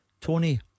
Tony